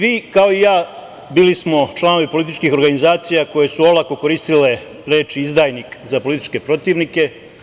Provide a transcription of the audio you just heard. Vi, kao i ja, bili smo članovi političkih organizacije koje su olako koristile reč - izdajnik za političke protivnike.